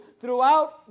Throughout